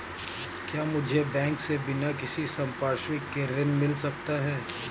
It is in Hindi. क्या मुझे बैंक से बिना किसी संपार्श्विक के ऋण मिल सकता है?